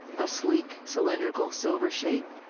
a sleek, cylindrical silver shape,